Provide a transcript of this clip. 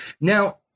Now